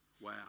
Wow